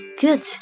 Good